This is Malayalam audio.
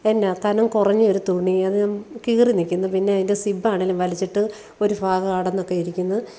എന്നാൽ കനം കുറഞ്ഞ ഒരു തുണി അത് കീറി നിൽക്കുന്നു പിന്നെ അതിൻ്റെ സിബ്ബാണെങ്കിലും വലിച്ചിട്ട് ഒരു ഭാഗം അടന്നൊക്കെ ഇരിക്കുന്നു